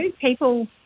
people